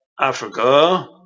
Africa